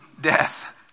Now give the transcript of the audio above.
death